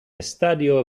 estadio